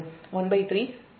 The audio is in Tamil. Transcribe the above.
இது சமன்பாடு 46